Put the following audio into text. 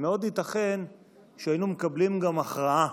מאוד ייתכן שהיינו מקבלים גם הכרעה,